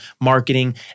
marketing